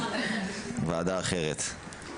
זו ועדה אחרת.